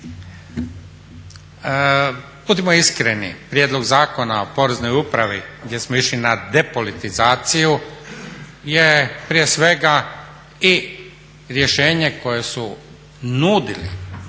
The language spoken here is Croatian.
Budimo iskreni, Prijedlog zakona o Poreznoj upravi gdje smo išli na depolitizaciju je prije svega i rješenje koje su nudili